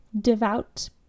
devout